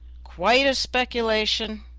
quite a speculation!